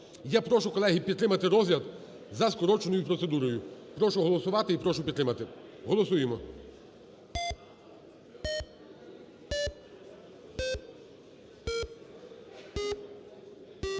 Я прошу, колеги, підтримати розгляд за скороченою процедурою. Прошу голосувати і прошу підтримати. Голосуємо.